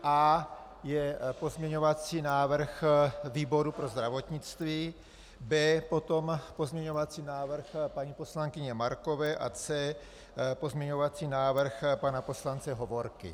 A je pozměňovací návrh výboru pro zdravotnictví, B potom pozměňovací návrh paní poslankyně Markové a C pozměňovací návrh pana poslance Hovorky.